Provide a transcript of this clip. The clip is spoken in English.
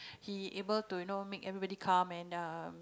he able to know make everybody calm and uh